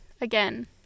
again